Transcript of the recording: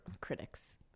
critics